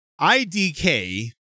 IDK